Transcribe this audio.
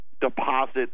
deposit